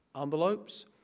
envelopes